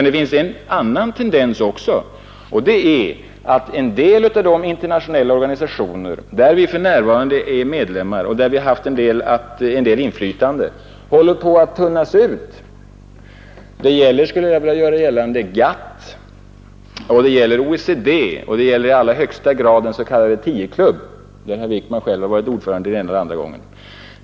Det finns en annan tendens också, nämligen att vissa av de internationella organisationer där vi för närvarande är medlemmar och där vi haft en del inflytande håller på att tunnas ut; det gäller, skulle jag vilja påstå, GATT, OECD och, i allra högsta grad, den s.k. Tioklubben, där herr Wickman själv har varit ordförande en eller annan gång.